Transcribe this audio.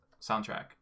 soundtrack